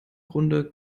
grunde